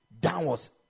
downwards